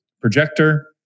projector